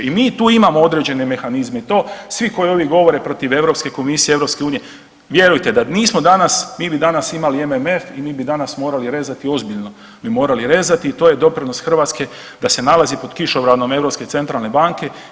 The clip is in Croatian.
I mi tu imamo određene mehanizme i to ovdje svi koji govore protiv Europske komisije, Europske unije vjerujte da nismo danas, mi bi danas imali MMF i mi danas morali rezati ozbiljno bi morali rezati i to je doprinos Hrvatske da se nalazi pod kišobranom Europske centralne banke.